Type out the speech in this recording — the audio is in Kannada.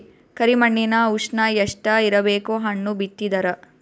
ಕರಿ ಮಣ್ಣಿನ ಉಷ್ಣ ಎಷ್ಟ ಇರಬೇಕು ಹಣ್ಣು ಬಿತ್ತಿದರ?